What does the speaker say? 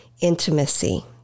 intimacy